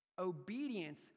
Obedience